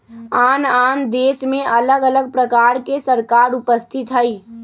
आन आन देशमें अलग अलग प्रकार के सरकार उपस्थित हइ